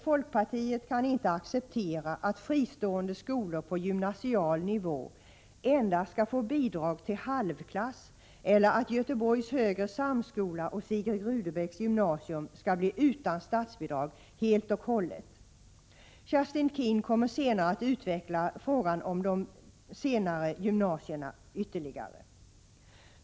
Folkpartiet kan heller inte acceptera att fristående skolor på gymnasial nivå endast skall få bidrag till halvklass eller att Göteborgs högre samskola och Sigrid Rudebecks gymnasium skall bli utan statsbidrag helt och hållet. Kerstin Keen kommer senare att utveckla frågan om dessa båda senare gymnasier ytterligare.